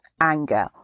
anger